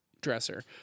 dresser